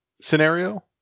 scenario